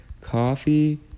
coffee